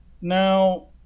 Now